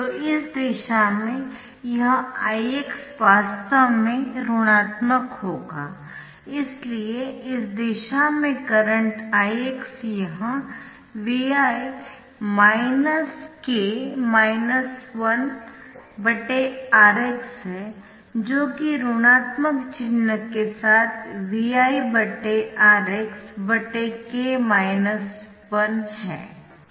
तो इस दिशा में यह Ix वास्तव में ऋणात्मक होगा इसलिए इस दिशा में करंट Ix यह Vi Rx है जो कि ऋणात्मक चिह्न के साथ ViRx k 1 है